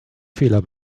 fehler